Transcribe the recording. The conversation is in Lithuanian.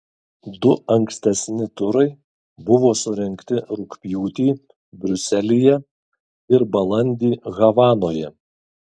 du ankstesni turai buvo surengti rugpjūtį briuselyje ir balandį havanoje